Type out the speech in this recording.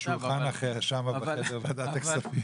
בשולחן אחר, אפשר לעשות אותו בוועדת הכספים.